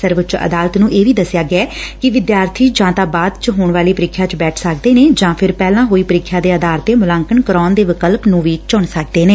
ਸਰਵਉੱਚ ਅਦਾਲਤ ਨੂੰ ਇਹ ਵੀ ਦਸਿਐ ਗਿਐ ਕਿ ਵਿਦਿਆਰਬੀ ਜਾਂ ਤਾਂ ਬਾਅਦ ਚ ਹੋਣ ਵਾਲੀ ਪ੍ਰੀਖਿਆ ਚ ਬੈਠ ਸਕਦੇ ਨੇ ਜਾਂ ਫਿਰ ਪਹਿਲਾਂ ਹੋਈ ਪ੍ਰੀਖਿਆ ਦੇ ਆਧਾਰ ਤੇ ਮੁਲਾਂਕਣ ਕਰਾਉਣ ਦੇ ਵਿਕਲਪ ਨੂੰ ਚੁਣ ਸਕਦੇ ਨੇ